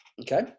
Okay